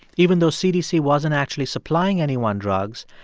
even though cdc wasn't actually supplying anyone drugs,